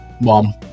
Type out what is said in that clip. Mom